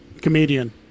comedian